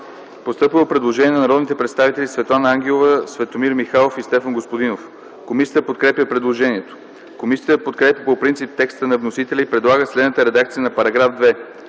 Постъпило е предложение от народните представители Светлана Ангелова, Светомир Михайлов и Стефан Господинов за § 2. Комисията подкрепя предложението. Комисията подкрепя по принцип текста на вносителя и предлага следната редакция на § 2: „§ 2.